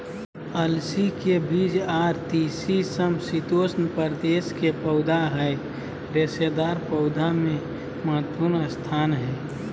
अलसी के बीज आर तीसी समशितोष्ण प्रदेश के पौधा हई रेशेदार पौधा मे महत्वपूर्ण स्थान हई